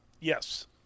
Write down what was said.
Yes